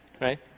right